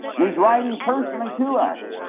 and he is writing personally to us!